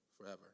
forever